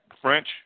French